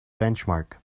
benchmark